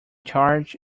george